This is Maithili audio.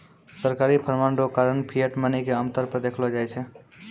सरकारी फरमान रो कारण फिएट मनी के आमतौर पर देखलो जाय छै